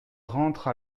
rentre